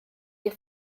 ihr